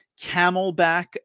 Camelback